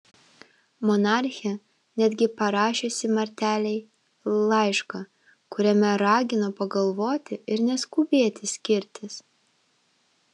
monarchė netgi parašiusi martelei laišką kuriame ragino pagalvoti ir neskubėti skirtis